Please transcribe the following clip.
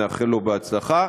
נאחל לו בהצלחה.